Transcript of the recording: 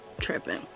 tripping